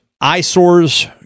eyesores